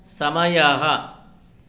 समयाः